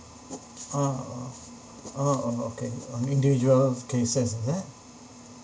uh oh uh oh okay on individual cases is it